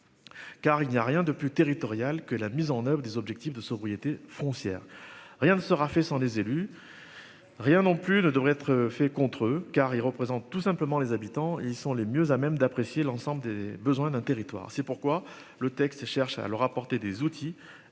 Car il n'y a rien de plus territoriale que la mise en oeuvre des objectifs de sobriété foncière. Rien ne sera fait sans les élus. Rien non plus ne devraient être faits contre car il représente tout simplement les habitants ils sont les mieux à même d'apprécier l'ensemble des besoins d'un territoire. C'est pourquoi le texte et cherche à leur apporter des outils